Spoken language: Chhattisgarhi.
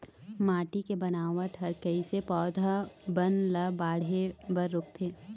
माटी के बनावट हर कइसे पौधा बन ला बाढ़े बर रोकथे?